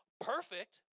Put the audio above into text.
perfect